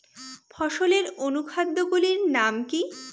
ফসলের অনুখাদ্য গুলির নাম কি?